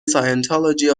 scientology